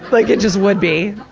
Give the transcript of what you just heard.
like it just would be.